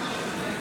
בסדר?